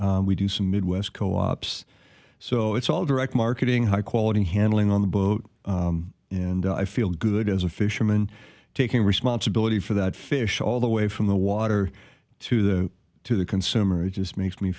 seattle we do some midwest co ops so it's all direct marketing high quality handling on the boat and i feel good as a fisherman taking responsibility for that fish all the way from the water to the to the consumer it just makes me